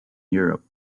europe